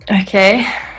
okay